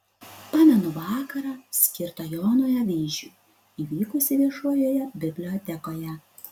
pamenu vakarą skirtą jonui avyžiui įvykusį viešojoje bibliotekoje